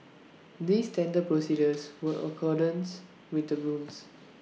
these tender procedures were in accordance with the rules